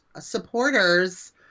supporters